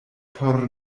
por